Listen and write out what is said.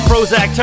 Prozac